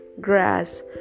grass